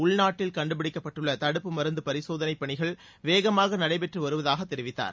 உள்நாட்டில் கண்டுபிடிக்கப்பட்டுள்ள தடுப்பு மருந்து பரிசோதனை பணிகள் வேகமாக நடைபெற்று வருவதாக தெரிவித்தார்